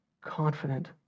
confident